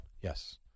Yes